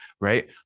right